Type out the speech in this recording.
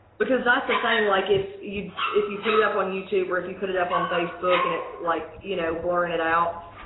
because that's the thing like if you if you put it up on youtube or if you put it up on facebook and it's like you know blurring it out.